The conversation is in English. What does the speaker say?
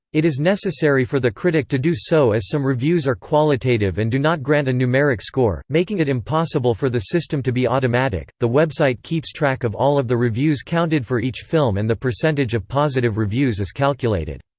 it is necessary for the critic to do so as some reviews are qualitative and do not grant a numeric score, making it impossible for the system to be automatic the website keeps track of all of the reviews counted for each film and the percentage of positive reviews is calculated.